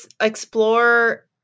explore